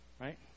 right